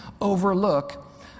overlook